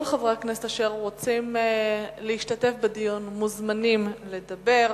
כל חברי הכנסת שרוצים להשתתף בדיון מוזמנים לדבר.